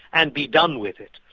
and be done with it.